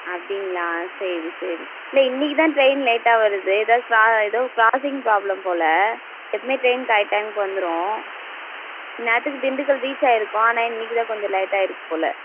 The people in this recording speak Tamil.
அப்படிங்களா சரி சரி இல்லை இன்னிக்கு தான் டிரெயின் லேட்டாக வருது எதோ கிரா எதோ கிராஸிங் ப்ராப்ளம் போல் எப்போவுமே டிரெயின் கரெக்ட் டைம்க்கு வந்துரும் இந்நேரத்துக்கு திண்டுக்கல் ரீச் ஆயிருக்கும் ஆனால் இன்னிக்கு தான் கொஞ்சம் லேட்டாக ஆயிருச்சு போல்